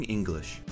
English